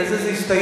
בזה זה הסתיים.